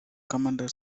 commander